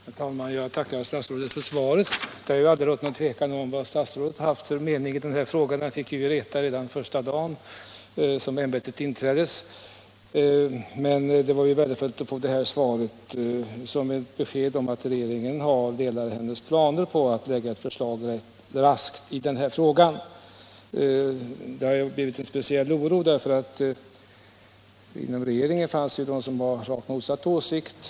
Herr talman! Jag tackar statsrådet för svaret. Det har ju aldrig rått något tvivel om vad statsrådet haft för mening i denna fråga. Det fick vi veta redan första dagen då ämbetet tillträddes. Men det var värdefullt att få svaret, eftersom det visar att regeringen delar hennes planer på att raskt framlägga ett förslag i frågan. Det har uppstått en särskild oro, eftersom det inom regeringen fanns de som var av motsatt åsikt.